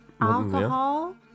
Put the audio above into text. alcohol